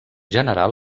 general